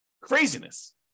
Craziness